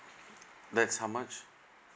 that's how much